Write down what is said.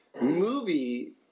movie